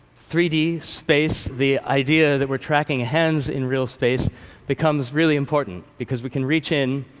three d, space, the idea that we're tracking hands in real space becomes really important because we can reach in,